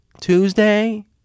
Tuesday